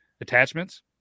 attachments